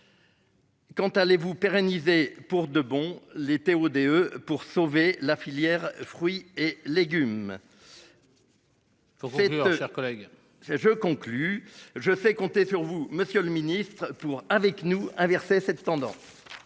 Quand allez-vous pérenniser pour de bon les TODE pour sauver la filière fruits et légumes. C'était cher collègue je conclus je sais compter sur vous Monsieur le Ministre pour avec nous inverser cette tendance.